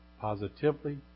positively